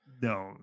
No